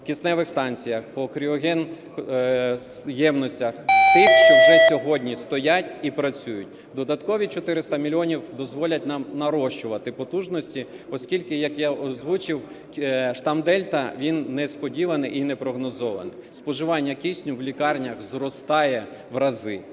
кисневих станціях, по кріогенним ємностях, тих, що вже сьогодні стоять і працюють. Додаткові 400 мільйонів дозволять нам нарощувати потужності. Оскільки, як я озвучив, штам "Дельта", він несподіваний і непрогнозований, споживання кисню в лікарнях зростає в рази,